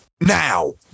now